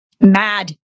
mad